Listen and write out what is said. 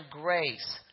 grace